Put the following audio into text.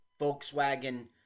Volkswagen